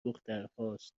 دخترهاست